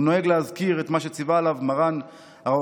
הוא נוהג להזכיר את מה שציווה עליו מרן הרב